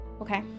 Okay